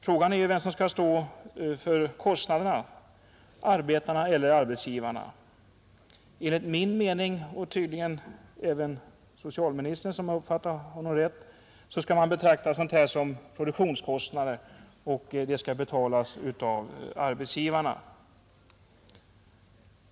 Frågan är vem som skall stå för kostnaderna: arbetarna eller arbetsgivarna. Enligt min mening och tydligen enligt socialministerns, om jag uppfattade honom rätt, skall man betrakta sådana utgifter som produktionskostnader, och de skall betalas av arbetsgivarna.